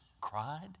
cried